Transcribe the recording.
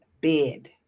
bid